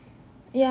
ya